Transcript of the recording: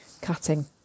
cutting